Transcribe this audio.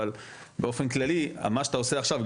אבל באופן כללי מה שאתה עושה עכשיו,